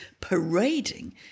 parading